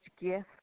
gift